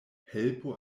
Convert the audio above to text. helpo